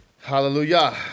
hallelujah